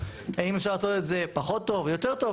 האם אפשר לעשות את זה פחות טוב או יותר טוב?